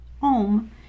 home